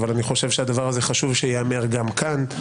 אבל אני חושב שהדבר הזה חשוב שייאמר גם כאן,